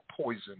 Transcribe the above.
poison